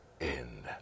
end